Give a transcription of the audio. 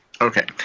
Okay